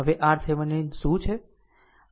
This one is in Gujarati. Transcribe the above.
આમ હવે RThevenin શું છે